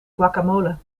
guacamole